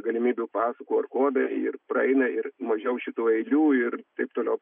galimybių pasų ku er kodai ir praeina ir mažiau šitų eilių ir taip toliau